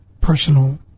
personal